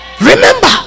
Remember